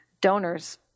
donors